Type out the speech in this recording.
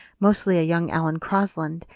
mostly a young alan crosland,